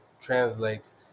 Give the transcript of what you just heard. translates